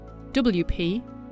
wp